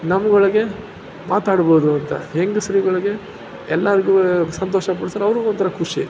ನಮ್ಗಳಿಗೆ ಮಾತಾಡ್ಬೋದು ಅಂತ ಹೆಂಗಸ್ರುಗಳಿಗೆ ಎಲ್ಲರ್ಗೂ ಸಂತೋಷ ಪಡಿಸಿದ್ರೆ ಅವ್ರಿಗೂ ಒಂಥರ ಖುಷಿ